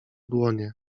dłonie